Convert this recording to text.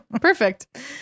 Perfect